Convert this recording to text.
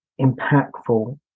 impactful